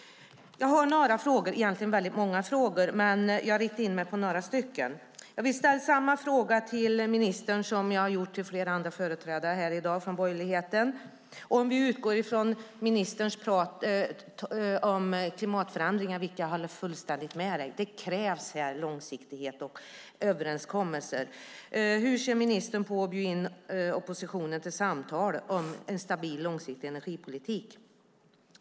Jag har egentligen många frågor, men jag vill rikta in mig på några. Jag vill ställa samma fråga till ministern som till flera andra företrädare för borgerligheten här i dag. Om vi utgår från ministerns tal om klimatförändringar - jag håller fullständigt med dig om att det krävs långsiktighet och överenskommelser - undrar jag hur ministern ser på att bjuda in oppositionen till samtal om en stabil, långsiktig energipolitik?